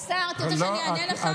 השר, אתה רוצה שאני אענה לך?